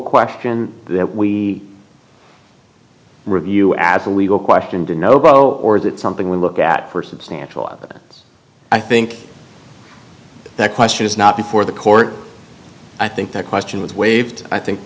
question that we review as a legal question dunno but or is it something we look at for substantial and i think that question is not before the court i think the question was waived i think